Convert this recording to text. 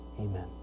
Amen